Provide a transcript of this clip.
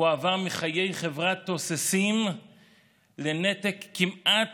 הוא עבר מחיי חברה תוססים לנתק כמעט